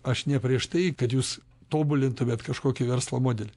aš ne prieš tai kad jūs tobulintumėt kažkokį verslo modelį